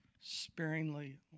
sparingly